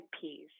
peas